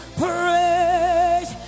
praise